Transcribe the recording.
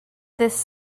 this